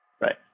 Right